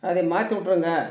அதை மாற்றி விட்ருங்க